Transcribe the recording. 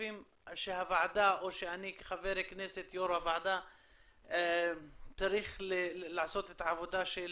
חושבים שהוועדה או שאני כחבר כנסת יו"ר הוועדה צריך לעשות את העבודה של